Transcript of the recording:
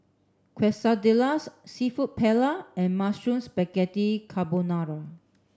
Quesadillas Seafood Paella and Mushroom Spaghetti Carbonara